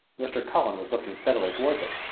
mr. cullen was looking steadily toward it.